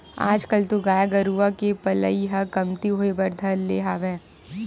आजकल तो गाय गरुवा के पलई ह कमती होय बर धर ले हवय